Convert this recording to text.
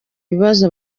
ibibazo